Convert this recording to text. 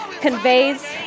Conveys